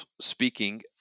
speaking